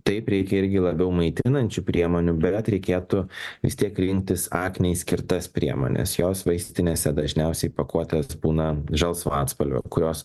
taip reikia irgi labiau maitinančių priemonių bet reikėtų vis tiek rinktis aknei skirtas priemones jos vaistinėse dažniausiai pakuotės būna žalsvo atspalvio kurios